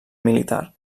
militar